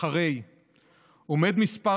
היא בשל שנאת